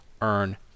earn